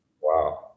Wow